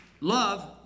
Love